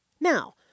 Now